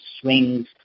swings